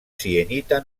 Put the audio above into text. sienita